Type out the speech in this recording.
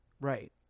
Right